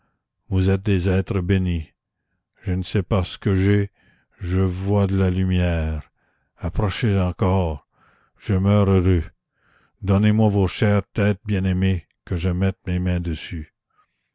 vous êtes des êtres bénis je ne sais pas ce que j'ai je vois de la lumière approchez encore je meurs heureux donnez-moi vos chères têtes bien-aimées que je mette mes mains dessus